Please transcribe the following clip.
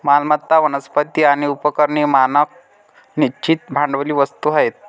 मालमत्ता, वनस्पती आणि उपकरणे मानक निश्चित भांडवली वस्तू आहेत